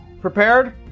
prepared